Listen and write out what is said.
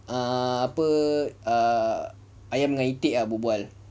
err apa macam ayam dengan itik ah berbual